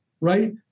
Right